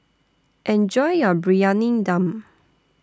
Enjoy your Briyani Dum